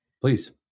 Please